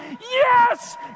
yes